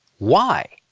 why?